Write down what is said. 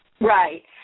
Right